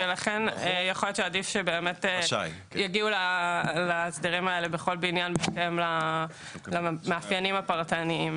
ולכן אולי עדיף שיגיעו להסדרים האלה בכל בניין בהתאם למאפיינים הפרטניים